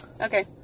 Okay